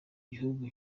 gihugu